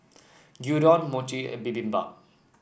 Gyudon Mochi and Bibimbap